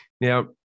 Now